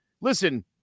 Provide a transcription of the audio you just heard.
listen